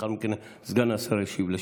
לאחר מכן סגן השר ישיב לשניכם.